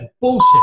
bullshit